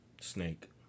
Snake